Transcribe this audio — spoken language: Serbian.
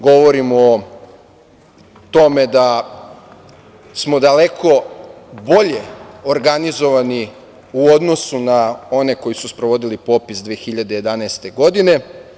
Govorim o tome da smo daleko bolje organizovani u odnosu na one koji su sprovodili popis 2011. godine.